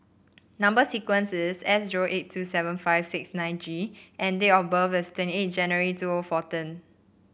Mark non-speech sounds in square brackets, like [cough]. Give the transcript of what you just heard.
number sequence is S zero eight two seven five six nine G and date of birth is twenty eight January two O [unintelligible]